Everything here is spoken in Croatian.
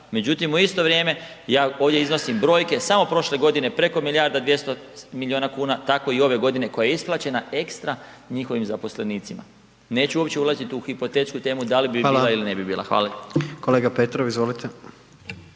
međutim u isto vrijeme ja ovdje iznosim brojke, samo prošle godine preko milijarda 200 miliona kuna, tako i ove godine koja je isplaćena ekstra njihovim zaposlenicima. Neću uopće ulaziti u hipotetsku temu da li bi …/Upadica: Hvala./… bila ili